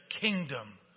kingdom